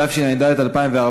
התשע"ד 2014,